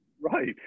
Right